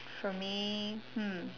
for me hmm